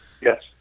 yes